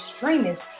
extremists